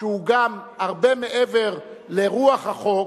שהוא גם הרבה מעבר לרוח החוק,